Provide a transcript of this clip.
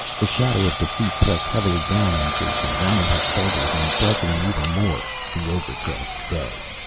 the shadow of defeat pressed heavily down on jason. rounding his shoulders and darkening, even more, the overcast day.